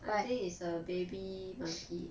I think it's a baby monkey